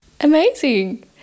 Amazing